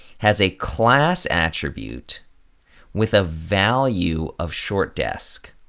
has a class attribute with a value of short-desc.